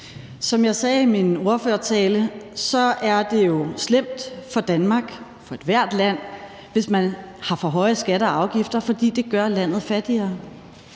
Som jeg sagde i min ordførertale, er det jo slemt for Danmark, for ethvert land, hvis man har for høje skatter og afgifter, fordi det gør landet fattigere.